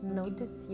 notice